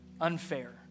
unfair